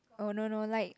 oh no no like